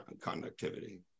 conductivity